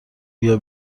بیا